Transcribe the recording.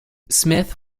smith